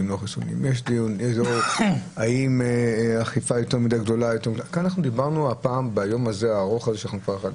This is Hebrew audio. אותם ולבחון אותם גם אם אנחנו נחליט לאשר את